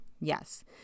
Yes